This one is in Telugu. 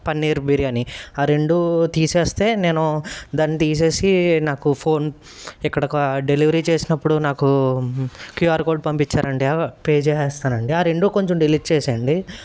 పన్నీర్ బిర్యానీ ఆ రెండు తీసేస్తే నేను దాన్ని తీసేసి నాకు ఫోన్ ఇక్కడొక డెలివరీ చేసినప్పుడు నాకు క్యూఆర్ కోడ్ పంపించారండి పే చేసేస్తానండి ఆ రెండు కొంచెం డిలీట్ చేసేయండి